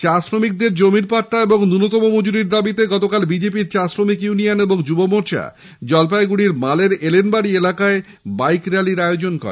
চা শ্রমিকদের জমির পাট্টা এবং নুন্যতম মজুরির দাবিতে গতকাল বিজেপির চা শ্রমিক ইউনিয়ন এবং যুব মোর্চা জলপাইগুড়ির মাল এর এলেনবাড়ি এলাকায় বাইক র্যালির আয়োজন করে